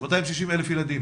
יש לנו